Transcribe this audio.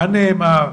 מה נאמר.